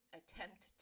attempt